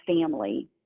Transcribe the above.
family